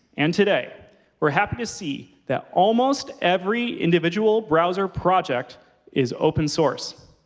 and today we're happy to see that almost every individual browser project is open source.